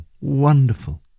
wonderful